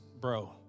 bro